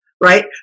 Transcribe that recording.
right